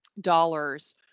Dollars